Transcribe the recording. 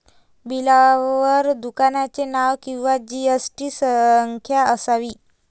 बिलावर दुकानाचे नाव किंवा जी.एस.टी संख्या असावी